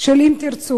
של "אם תרצו".